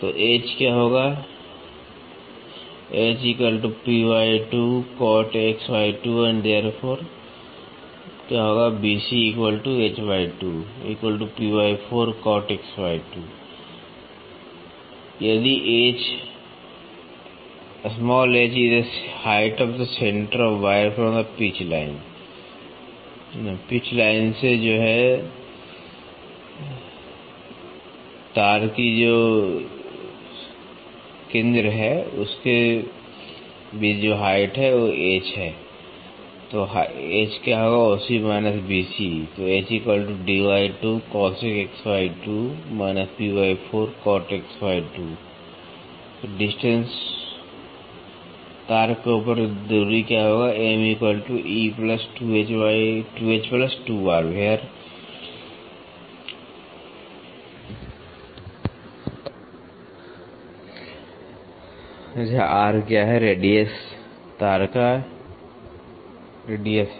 तो अगली 3 तार विधि है